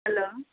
hello